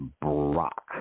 Brock